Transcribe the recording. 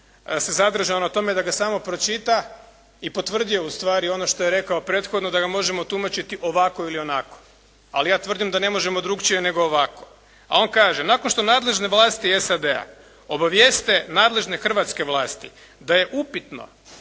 se zadržao na tome da ga samo pročita i potvrdio ustvari ono što je rekao prethodno da ga možemo tumačiti ovako ili onako. Ali ja tvrdim da ne možemo drukčije nego ovako. A on kaže: «Nakon što nadležne vlasti SAD-a obavijeste nadležne hrvatske vlasti da je upitno